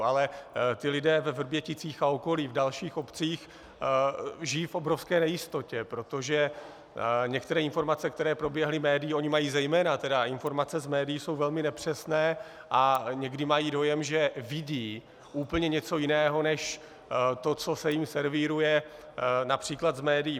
Ale lidé ve Vrběticích a okolí, v dalších obcích, žijí v obrovské nejistotě, protože některé informace, které proběhly médii, oni mají zejména tedy informace z médií, jsou velmi nepřesné a někdy mají dojem, že vidí úplně něco jiného, než to, co se jim servíruje například z médií.